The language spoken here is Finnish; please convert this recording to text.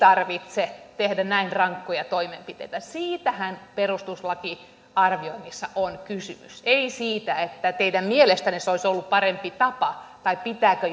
tarvitse tehdä näin rankkoja toimenpiteitä siitähän perustuslakiarvioinnissa on kysymys ei siitä että teidän mielestänne se olisi ollut parempi tapa tai pitääkö